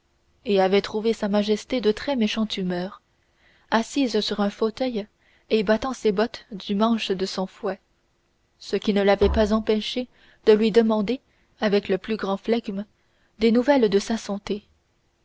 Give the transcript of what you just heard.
et avait trouvé sa majesté de très méchante humeur assise sur un fauteuil et battant ses bottes du manche de son fouet ce qui ne l'avait pas empêché de lui demander avec le plus grand flegme des nouvelles de sa santé